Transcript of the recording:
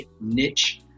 niche